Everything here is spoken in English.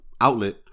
outlet